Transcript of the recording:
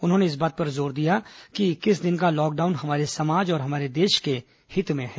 उन्होंने इस बात पर जोर दिया कि इक्कीस दिन का लॉकडाउन हमारे समाज और हमारे देश के हित में है